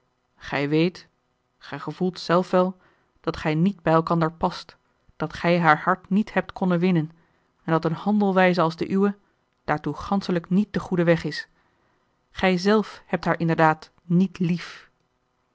gij weet gij gevoelt zelf wel dat gij niet bij elkander past dat gij haar hart niet hebt konnen winnen en dat eene handelwijze als de uwe daartoe ganschelijk niet de goede weg is gij zelf hebt haar inderdaad niet lief